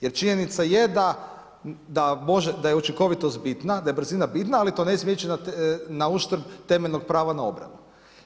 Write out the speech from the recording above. Jer činjenica je da je učinkovitost i brzina bitna ali to ne smije ići na uštrb temeljnog prava na obranu.